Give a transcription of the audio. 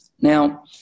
now